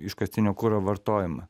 iškastinio kuro vartojimą